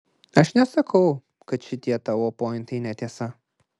aš nesakau kad šitie tavo pointai netiesa